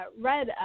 read